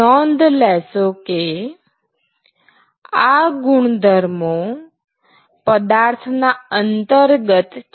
નોંધ લેશો કે આ ગુણધર્મો પદાર્થના અંતર્ગત છે